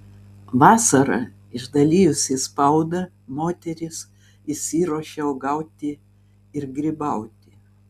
vasarą išdalijusi spaudą moteris išsiruošia uogauti ir grybauti